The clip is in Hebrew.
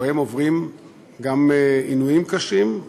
או שהם עוברים עינויים קשים,